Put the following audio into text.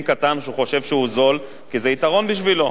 אם קטן שחושב שהוא זול, כי זה יתרון בשבילו,